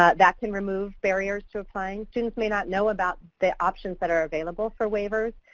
ah that can remove barriers to applying. students may not know about the options that are available for waivers,